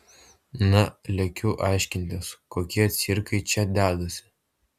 na lekiu aiškintis kokie cirkai čia dedasi